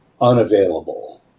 unavailable